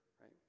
right